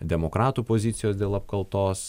demokratų pozicijos dėl apkaltos